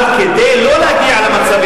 אבל כדי לא להגיע למצב